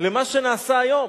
למה שנעשה היום,